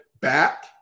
back